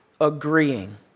agreeing